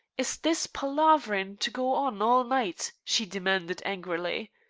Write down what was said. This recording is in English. is this palaverin' to go on all night? she demanded angrily.